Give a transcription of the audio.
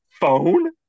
phone